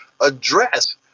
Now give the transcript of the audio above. address